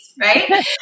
right